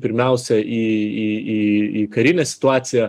pirmiausia į į į į karinę situaciją